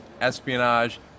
espionage